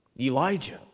elijah